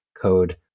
code